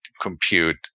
compute